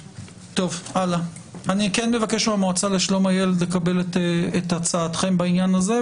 אני כן מבקש מהמועצה לשלום הילד לקבל את הצעתכם בעניין הזה,